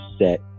set